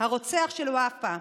הרוצח של ופאא